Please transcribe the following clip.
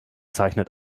zeichnet